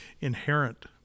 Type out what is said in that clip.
inherent